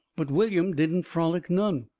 but william didn't frolic none.